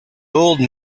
old